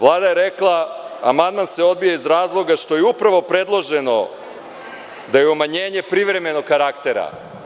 Vlada je rekla – amandman se odbija iz razloga što je upravo predloženo da je umanjenje privremenog karaktera.